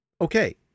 Okay